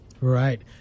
Right